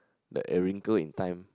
the it wrinkle in time